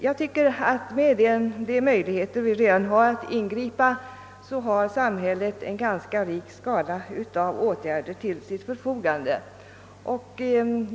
Jag tycker att samhället, med de möjligheter vi redan har att ingripa, har en ganska rik skala av åtgärder till sitt förfogande.